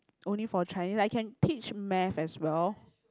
only for Chinese I can teach math as well